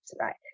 right